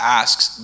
asks